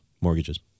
mortgages